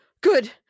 Good